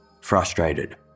Frustrated